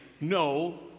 no